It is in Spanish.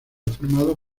formado